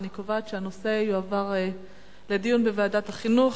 אני קובעת שהנושא יועבר לדיון בוועדת החינוך,